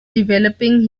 developing